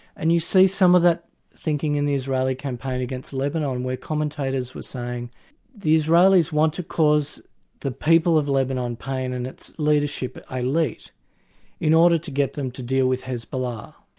and you see some of that thinking in the israeli campaign against lebanon, where commentators were saying the israelis want to cause the people of lebanon pain, and its leadership but ah elite, in order to get them to deal with hezbollah.